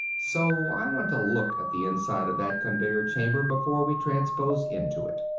so i want a look at the inside of that conveyer-chamber before we transpose into it.